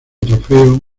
trofeo